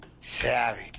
Savvy